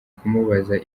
kumubaza